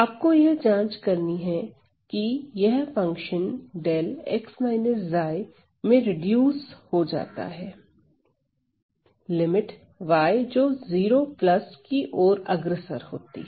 आपको यह जांच करनी है कि यह फंक्शन 𝜹x 𝛏 मे रीड्यूस हो जाता है लिमिट y जो 0 प्लस की ओर अग्रसर होती है